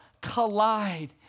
collide